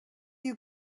you